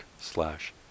slash